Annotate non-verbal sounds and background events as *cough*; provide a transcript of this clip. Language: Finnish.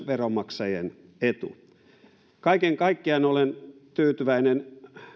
*unintelligible* veronmaksajien etu kaiken kaikkiaan olen tyytyväinen